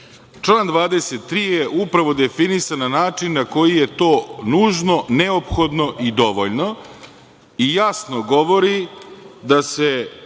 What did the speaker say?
23. je upravo definisan na način na koji je to nužno, neophodno i dovoljno i jasno govori da se